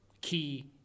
key